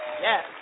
Yes